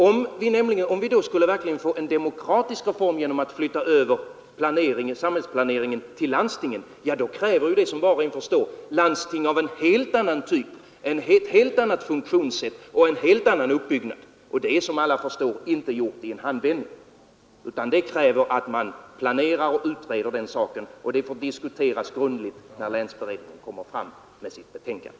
Om vi skulle få en verkligt demokratisk reform genom att samhällsplaneringen flyttas över till landstingen kräver det, som var och en förstår, landsting av en helt annan typ, med ett helt annat funktionssätt och en helt annan uppbyggnad. En sådan reform är, som alla förstår, inte gjord i en handvändning utan kräver planering och utredning. Det är något som får diskuteras grundligt när länsberedningen lagt fram sitt betänkande.